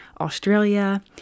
Australia